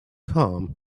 calm